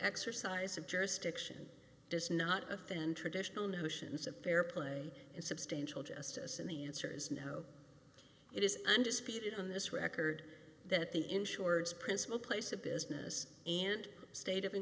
exercise of jurisdiction does not offend traditional notions of fair play and substantial justice and the answer is no it is undisputed on this record that the insurance principal place of business and sta